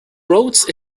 wrote